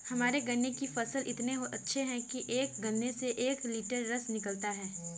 हमारे गन्ने के फसल इतने अच्छे हैं कि एक गन्ने से एक लिटर रस निकालता है